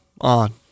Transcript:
on